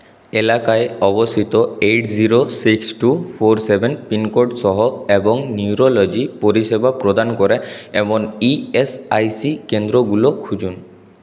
এলাকায় অবস্থিত eight zero six two four seven pincode সহ এবং নিউরোলজি পরিষেবা প্রদান করে এমন ইএসআইসি কেন্দ্রগুলো খুঁজুন